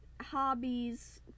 hobbies